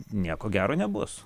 nieko gero nebus